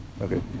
Okay